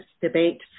debate